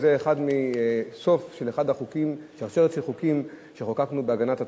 זה סוף של שרשרת של חוקים שחוקקנו להגנת הצרכן,